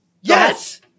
Yes